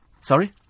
Sorry